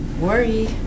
worry